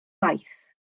waith